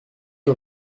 aux